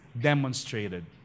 demonstrated